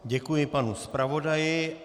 Děkuji panu zpravodaji.